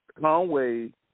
Conway